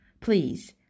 Please